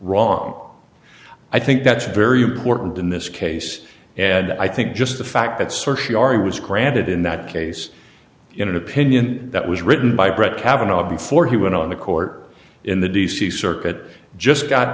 wrong i think that's very important in this case and i think just the fact that search was granted in that case in an opinion that was written by brett kavanaugh before he went on the court in the d c circuit just got